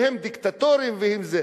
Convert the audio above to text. והם דיקטטורים, והם זה.